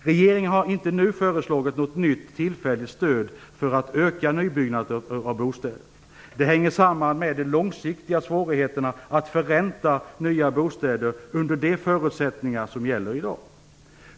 Regeringen har inte nu föreslagit något nytt tillfälligt stöd för att öka nybyggandet av bostäder. Det hänger samman med de långsiktiga svårigheterna att förränta nya bostäder under de förutsättningar som gäller i dag.